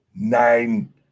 nine